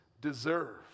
deserve